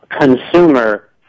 consumer